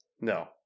No